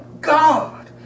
God